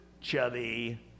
chubby